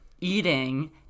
eating